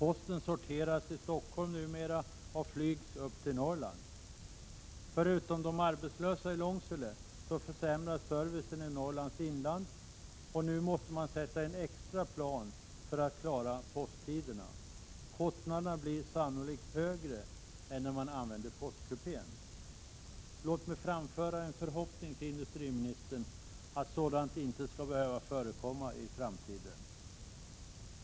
Posten sorteras numera i Stockholm och flygs upp till Norrland. Konsekvensen blir förutom de arbetslösa i Långsele att servicen i Norrlands inland försämras. Nu måste man sätta in extra plan för att klara posttiderna. Kostnaderna blir sannolikt högre än när man använder postkupén. Låt mig framföra förhoppningen till industriministern att sådant inte skall behöva förekomma i framtiden.